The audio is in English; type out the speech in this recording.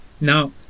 Now